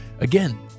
again